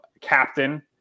captain